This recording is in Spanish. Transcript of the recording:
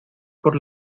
por